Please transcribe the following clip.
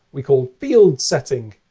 we call field setting